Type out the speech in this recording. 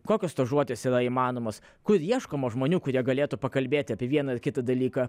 kokios stažuotės yra įmanomos kur ieškoma žmonių kurie galėtų pakalbėti apie vieną ar kitą dalyką